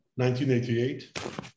1988